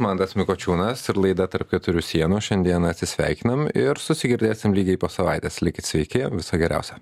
mantas mikočiunas ir laida tarp keturių sienų šiandien atsisveikinam ir susigirdėsim lygiai po savaitės likit sveiki viso geriausio